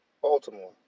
Baltimore